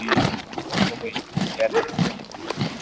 ए तपाईँ ग्यारेजबाट बोल्नुभएको हो